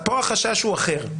פה החשש הוא אחר.